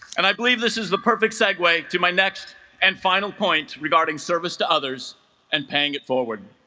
and i believe this is the perfect segue to my next and final point regarding service to others and paying it forward